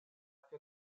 per